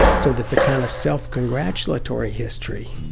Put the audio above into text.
so that the kind of self congratulatory history,